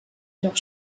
jedoch